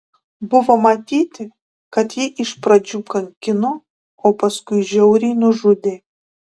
buvo matyti kad jį iš pradžių kankino o paskui žiauriai nužudė